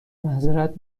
معذرت